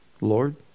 Lord